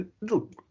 look